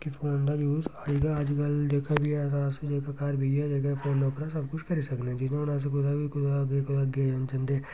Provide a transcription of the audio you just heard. कि फोन दा यूज अज्जकल जेह्का बी ऐ असें जेह्का घर बेहियै पौना उप्पर सब कुछ करी सकने आं जियां हून अस कुदै बी कुदै कुदे गेदे जंदे बड़ी